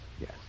yes